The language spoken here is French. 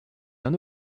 d’un